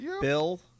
Bill